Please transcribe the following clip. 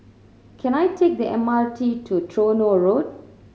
can I take the M R T to Tronoh Road